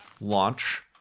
launch